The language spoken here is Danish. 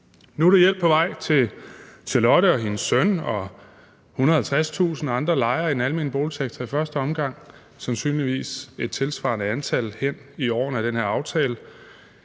Nu er der hjælp på vej til Charlotte og hendes søn og 150.000 andre lejere i den almene boligsektor i første omgang og sandsynligvis et tilsvarende antal hen i årene som følge af den